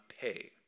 pay